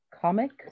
comic